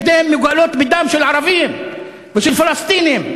ידיהם מגואלות בדם של ערבים ושל פלסטינים.